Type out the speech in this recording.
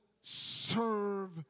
serve